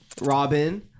Robin